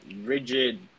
rigid